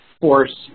force